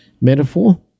metaphor